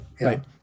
Right